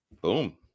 boom